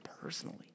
personally